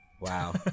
Wow